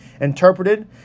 interpreted